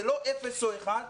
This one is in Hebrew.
זה לא אפס או אחד,